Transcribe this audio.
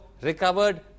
recovered